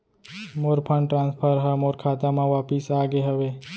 मोर fund transfer हा मोर खाता मा वापिस आ गे हवे